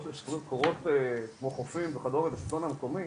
שקורות כמו "חופים" וכדומה בשלטון המקומי,